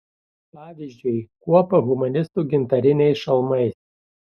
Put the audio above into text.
pavyzdžiui kuopą humanistų gintariniais šalmais